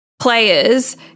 players